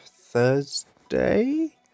Thursday